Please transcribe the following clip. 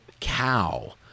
cow